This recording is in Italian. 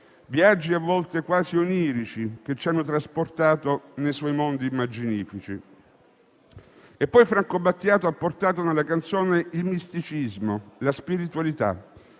viaggi a volte quasi onirici che ci hanno trasportato nei suoi mondi immaginifici. E poi Franco Battiato ha portato nella canzone il misticismo, la spiritualità,